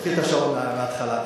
להתחיל מהסוף?